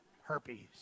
Herpes